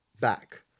back